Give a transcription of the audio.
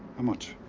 how much?